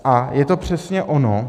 A je to přesně ono.